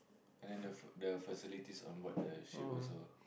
and the f~ the facilities on board the ship also